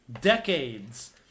decades